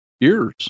ears